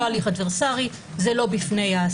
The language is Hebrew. זה לא אדברסרי, זה לא בפני האסיר.